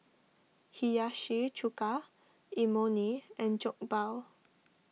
Hiyashi Chuka Imoni and Jokbal